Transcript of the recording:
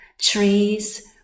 trees